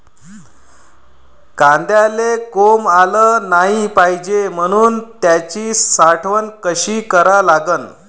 कांद्याले कोंब आलं नाई पायजे म्हनून त्याची साठवन कशी करा लागन?